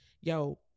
yo